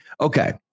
Okay